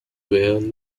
were